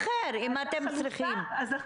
שאר הרשויות --- זה לא קשור למנח"י.